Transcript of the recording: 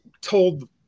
told